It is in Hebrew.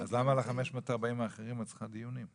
אז למה על 540 אחרים את צריכה דיונים?